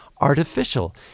artificial